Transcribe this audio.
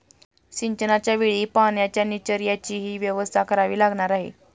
सिंचनाच्या वेळी पाण्याच्या निचर्याचीही व्यवस्था करावी लागणार आहे